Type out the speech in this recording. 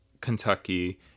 kentucky